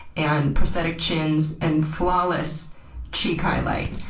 and prosthetic chins, and flawless cheek highlight.